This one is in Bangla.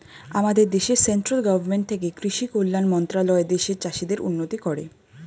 আমাদের দেশে সেন্ট্রাল গভর্নমেন্ট থেকে কৃষি কল্যাণ মন্ত্রণালয় দেশের চাষীদের উন্নতি করে